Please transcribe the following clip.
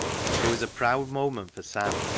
it was a proud moment for sam,